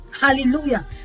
hallelujah